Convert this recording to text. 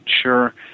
sure